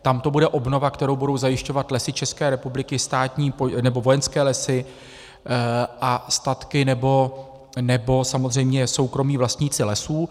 Tam to bude obnova, kterou budou zajišťovat Lesy České republiky nebo Vojenské lesy a statky nebo samozřejmě soukromí vlastníci lesů.